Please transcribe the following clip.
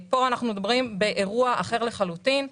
כאן אנחנו מדברים באירוע אחר לחלוטין.